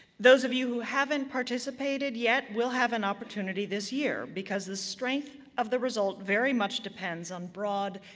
those of you who haven't participated yet will have an opportunity this year, because the strength of the result very much depends on broad,